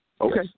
Okay